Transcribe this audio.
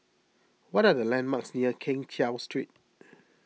what are the landmarks near Keng Cheow Street